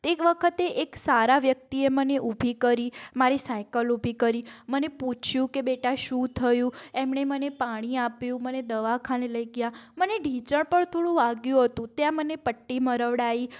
તે વખતે એક સારા વ્યક્તિએ મને ઉભી કરી મારી સાઇકલ ઉભી કરી મને પૂછ્યું કે બેટા શું થયું એમણે મને પાણી આપ્યું મને દવાખાને લઈ ગયા મને ઢીંચણ પર થોડું વાગ્યું હતું ત્યાં મને પટ્ટી મરાવડાવી